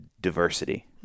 diversity